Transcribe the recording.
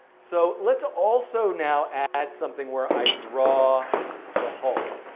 so let's also now add something where i draw the hull.